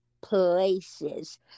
places